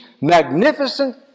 magnificent